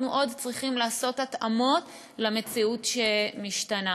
עוד צריכים לעשות התאמות למציאות המשתנה.